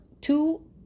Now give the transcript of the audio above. two